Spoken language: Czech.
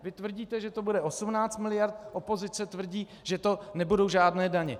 Vy tvrdíte, že to bude 18 mld., opozice tvrdí, že to nebudou žádné daně.